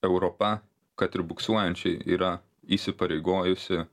europa kad ir buksuojančiai yra įsipareigojusi